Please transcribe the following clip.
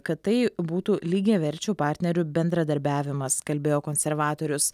kad tai būtų lygiaverčių partnerių bendradarbiavimas kalbėjo konservatorius